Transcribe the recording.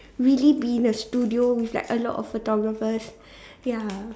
really been in a studio with like a lot of photographers ya